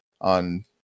on